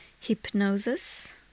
hypnosis